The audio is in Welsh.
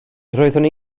roeddwn